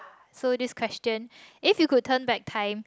so this question if you could turn back time